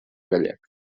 gallec